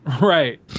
Right